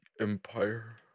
empire